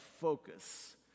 focus